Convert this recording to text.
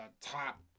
top